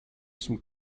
some